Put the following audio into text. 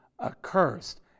accursed